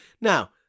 now